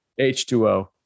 h2o